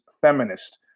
feminist